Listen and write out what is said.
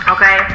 Okay